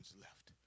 left